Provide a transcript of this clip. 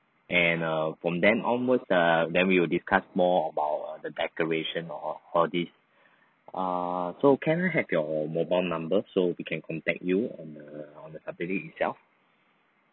and err from then onwards err then we will discuss more about the decoration or for this err so can I have your mobile number so we can contact you on the on the saturday itself